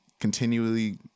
continually